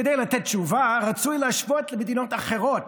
כדי לתת תשובה רצוי להשוות למדינות אחרות,